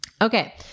Okay